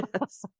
Yes